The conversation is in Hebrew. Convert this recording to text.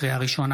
לקריאה ראשונה,